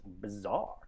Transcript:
bizarre